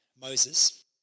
Moses